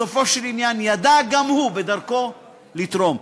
בסופו של עניין ידע גם הוא, בדרכו, לתרום.